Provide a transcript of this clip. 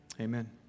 Amen